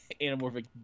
anamorphic